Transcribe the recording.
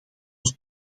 ons